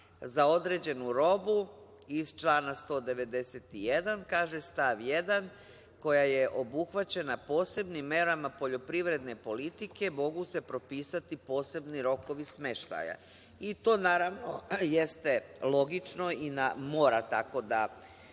za određenu robu, iz člana 191. kaže stav 1. - koja je obuhvaćena posebnim merama poljoprivredne politike, mogu se propisati posebni rokovi smeštaja.I to naravno jeste logično i mora tako da